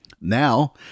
Now